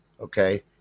okay